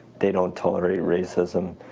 they don't tolerate racism,